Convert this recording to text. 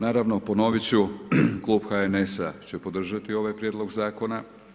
Naravno, ponovit ću, klub HNS-a će podržati ovaj prijedlog zakona.